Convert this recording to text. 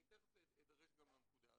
אני תיכף אדרש גם לנקודה הזאת.